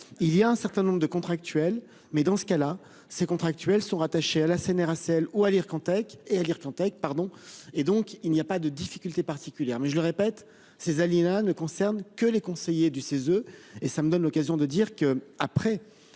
il y a un certain nombre de contractuels, mais dans ce cas-là c'est contractuels sont rattachés à la Cnracl ou à l'Ircantec et Ircantec pardon et donc il n'y a pas de difficulté particulière, mais je le répète ces Alina ne concerne que les conseillers du CESE et ça me donne l'occasion de dire que après.